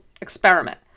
experiment